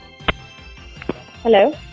Hello